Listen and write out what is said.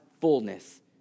fullness